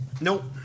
nope